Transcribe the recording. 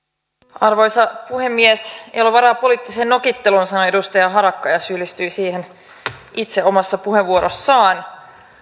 arvoisa puhemies ei ole varaa poliittiseen nokitteluun sanoi edustaja harakka ja syyllistyi siihen itse omassa puheenvuorossaan